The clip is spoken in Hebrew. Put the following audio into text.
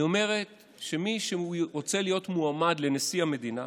היא אומרת שמי שרוצה להיות מועמד לנשיא המדינה